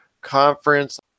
conference